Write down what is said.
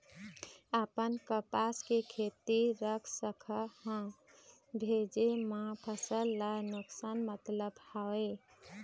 अपन कपास के खेती रख सकत हन भेजे मा फसल ला नुकसान मतलब हावे?